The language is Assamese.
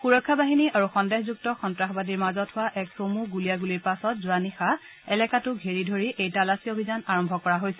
সুৰক্ষা বাহিনী আৰু সন্দেহযুক্ত সন্তাসবাদীৰ মাজত হোৱা এক চমু গুলিয়াগুলিৰ পাছত যোৱা নিশা এলেকাটো ঘেৰি ধৰি এই তালাচী অভিযান আৰম্ভ কৰা হৈছিল